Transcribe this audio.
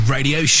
Radio